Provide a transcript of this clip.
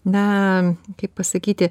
na kaip pasakyti